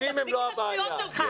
תפסיק עם השטויות שלך.